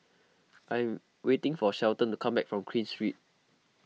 I am waiting for Shelton to come back from Queen Street